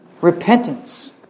repentance